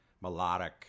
melodic